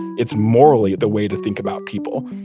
it's morally the way to think about people,